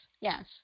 Yes